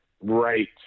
Right